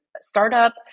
startup